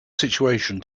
situation